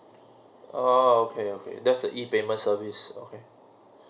oh okay okay there's a E payment service okay